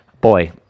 Boy